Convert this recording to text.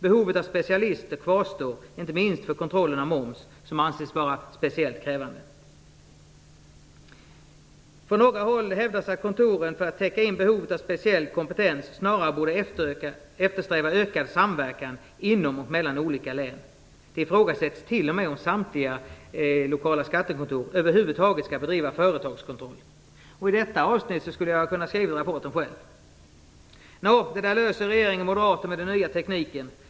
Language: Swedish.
Behovet av specialister kvarstår, inte minst för kontrollen av moms som anses vara särskilt krävande. Från några håll hävdas att kontoren för att täcka in behovet av speciell kompetens, snarare borde eftersträva ökad samverkan inom och mellan olika län. Det ifrågasätts t o m om samtliga LOK över huvud taget skall bedriva företagskontroll." I detta avsnitt kunde jag ha skrivit rapporten själv. Nå, det där löser regering och moderater med den nya tekniken.